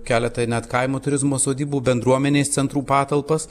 keletą net kaimo turizmo sodybų bendruomenės centrų patalpas